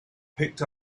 picked